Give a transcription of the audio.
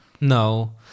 No